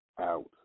out